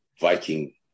Viking